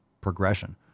progression